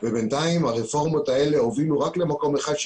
ובינתיים הרפורמות האלה הובילו רק למקום אחד,